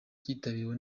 kitabiriwe